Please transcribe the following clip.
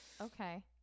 Okay